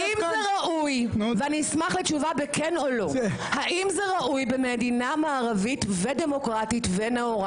אני רק רוצה שאפרת רייטן תענה לי.